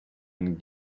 and